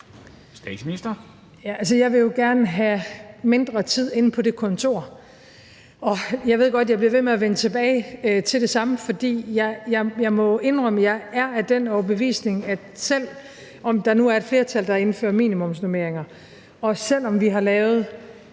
Frederiksen): Jeg vil jo gerne have, at der er mindre tid inde på det kontor. Og jeg ved godt, at jeg bliver ved med at vende tilbage til det samme, men jeg må indrømme, at jeg er af den overbevisning, at selv om der nu er et flertal, der indfører minimumsnormeringer, selv om vi nu som